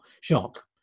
shock